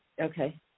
Okay